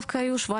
דווקא היו 17,